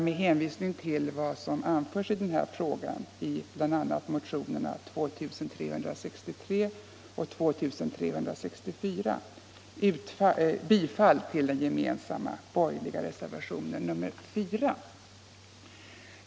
Med hänsyn till vad som anförts i denna fråga i motionerna 2363 och 2364 yrkar jag bifall till den gemensamma borgerliga reservationen 4.